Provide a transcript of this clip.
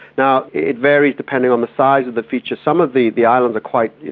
now, it varies depending on the size of the feature. some of the the islands are quite,